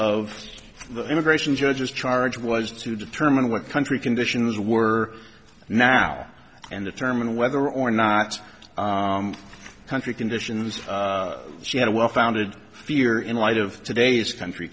of the immigration judges charge was to determine what country conditions were now and the term and whether or not country conditions she had a well founded fear in light of today's country